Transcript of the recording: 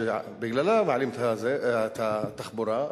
שבגללה מעלים את המחירים,